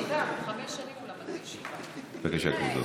בבקשה, כבודו.